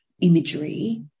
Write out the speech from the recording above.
imagery